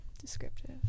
descriptive